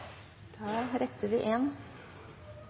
de utfordringene vi